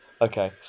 Okay